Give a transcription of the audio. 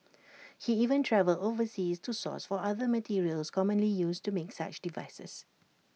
he even travelled overseas to source for other materials commonly used to make such devices